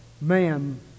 man